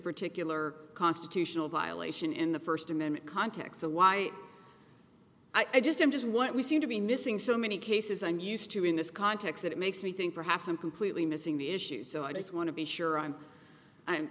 particular constitutional violation in the first amendment context and why i just i'm just what we seem to be missing so many cases i'm used to in this context that makes me think perhaps i'm completely missing the issue so i just want to be sure i'm i'm